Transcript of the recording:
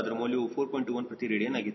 21 ಪ್ರತಿ ರೇಡಿಯನ್ ಆಗಿತ್ತು